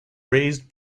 raised